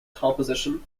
composition